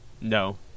No